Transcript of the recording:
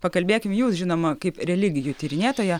pakalbėkim jūs žinoma kaip religijų tyrinėtoja